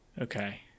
okay